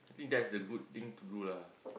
I think that's the good thing to do lah